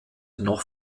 noch